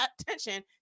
attention